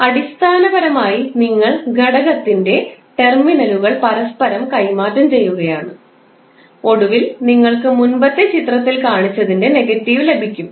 അതിനാൽ അടിസ്ഥാനപരമായി നിങ്ങൾ ഘടകത്തിൻറെ ടെർമിനലുകൾ പരസ്പരം കൈമാറ്റം ചെയ്യുകയാണ് ഒടുവിൽ നിങ്ങൾക്ക് മുമ്പത്തെ ചിത്രത്തിൽ കാണിച്ചതിന്റെ നെഗറ്റീവ് ലഭിക്കും